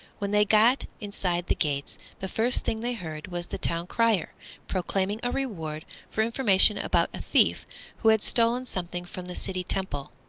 when they got inside the gates the first thing they heard was the town crier proclaiming a reward for information about a thief who had stolen something from the city temple.